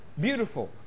beautiful